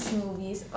movies